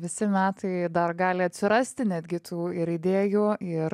visi metai dar gali atsirasti netgi tų ir idėjų ir